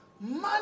money